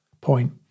point